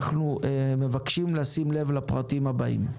אנחנו מבקשים לשים לב לפרטים הבאים: